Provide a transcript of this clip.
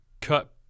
cut